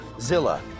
Zilla